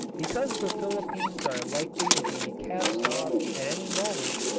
because the philippines are likely to be cast off at any moment,